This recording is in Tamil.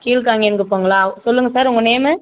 கீழ் காங்கேயம் குப்பங்களா சொல்லுங்கள் சார் உங்கள் நேமு